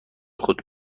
خود